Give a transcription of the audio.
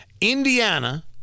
Indiana